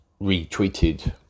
retweeted